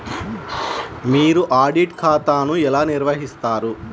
మీరు ఆడిట్ ఖాతాను ఎలా నిర్వహిస్తారు?